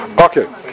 Okay